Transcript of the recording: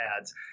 ads